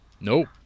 Nope